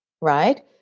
right